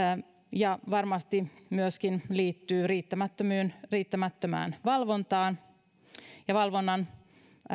ja varmasti tämä myöskin liittyy riittämättömään riittämättömään valvontaan valvonnan